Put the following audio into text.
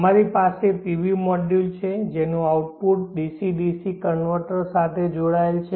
અમારી પાસે PV module છે જેનું આઉટપુટ ડીસી ડીસી કન્વર્ટર સાથે જોડાયેલ છે